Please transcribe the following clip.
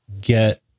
get